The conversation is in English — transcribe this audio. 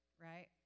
right